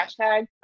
hashtag